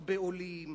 הרבה עולים,